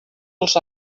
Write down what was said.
els